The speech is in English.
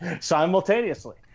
simultaneously